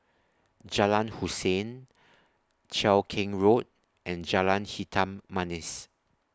Jalan Hussein Cheow Keng Road and Jalan Hitam Manis